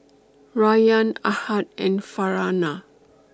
Rayyan Ahad and Farhanah